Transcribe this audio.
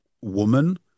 woman